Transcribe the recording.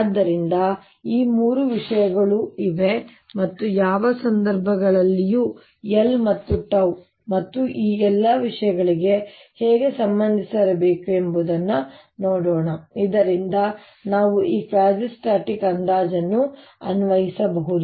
ಆದ್ದರಿಂದ ಈ ಮೂರು ವಿಷಯಗಳು ಇವೆ ಮತ್ತು ಯಾವ ಸಂದರ್ಭಗಳಲ್ಲಿ L ಮತ್ತು 𝜏 ಮತ್ತು ಈ ಎಲ್ಲಾ ವಿಷಯಗಳು ಹೇಗೆ ಸಂಬಂಧಿಸಿರಬೇಕು ಎಂಬುದನ್ನು ನೋಡೋಣ ಇದರಿಂದ ನಾವು ಈ ಕ್ವಾಸಿಸ್ಟಾಟಿಕ್ ಅಂದಾಜನ್ನು ಅನ್ವಯಿಸಬಹುದು